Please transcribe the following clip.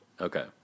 Okay